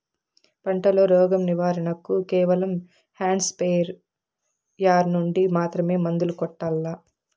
పంట లో, రోగం నివారణ కు కేవలం హ్యాండ్ స్ప్రేయార్ యార్ నుండి మాత్రమే మందులు కొట్టల్లా?